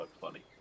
funny